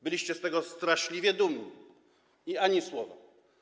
Byliście z tego straszliwie dumni i ani słowa.